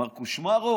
מר קושמרו,